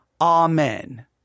amen